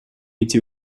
эти